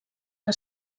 que